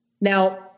Now